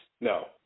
No